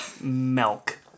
Milk